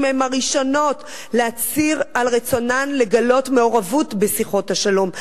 הן הראשונות להצהיר על רצונן לגלות מעורבות בשיחות השלום,